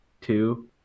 two